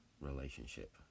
relationship